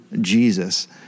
Jesus